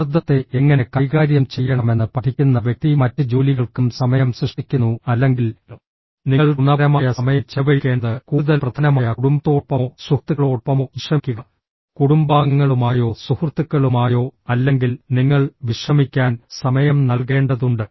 സമ്മർദ്ദത്തെ എങ്ങനെ കൈകാര്യം ചെയ്യണമെന്ന് പഠിക്കുന്ന വ്യക്തി മറ്റ് ജോലികൾക്കും സമയം സൃഷ്ടിക്കുന്നു അല്ലെങ്കിൽ നിങ്ങൾ ഗുണപരമായ സമയം ചെലവഴിക്കേണ്ടത് കൂടുതൽ പ്രധാനമായ കുടുംബത്തോടൊപ്പമോ സുഹൃത്തുക്കളോടൊപ്പമോ വിശ്രമിക്കുക കുടുംബാംഗങ്ങളുമായോ സുഹൃത്തുക്കളുമായോ അല്ലെങ്കിൽ നിങ്ങൾ വിശ്രമിക്കാൻ സമയം നൽകേണ്ടതുണ്ട്